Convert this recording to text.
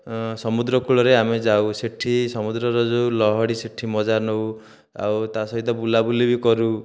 ସମୁଦ୍ର କୂଳରେ ଆମେ ଯାଉ ସେଠି ସମୁଦ୍ରରେ ଯେଉଁ ଲହରୀ ସେଠି ମଜା ନେଉ ଆଉ ତା ସହିତ ବୁଲାବୁଲି ବି କରୁ